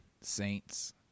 Saints